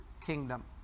kingdom